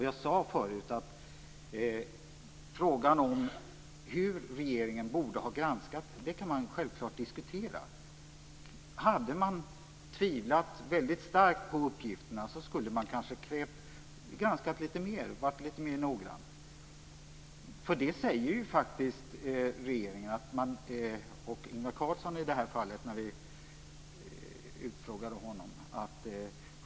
Jag sade förut att man självklart kan diskutera frågan om hur regeringen borde ha granskat inlagan. Hade man tvivlat väldigt starkt på uppgifterna skulle man kanske ha varit lite mer noggrann. Det sade faktiskt regeringen och Ingvar Carlsson, i detta fall, när vi hade vår utfrågning.